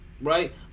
Right